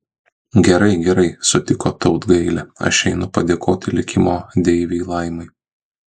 gerai gerai sutiko tautgailė aš einu padėkoti likimo deivei laimai